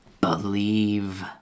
Believe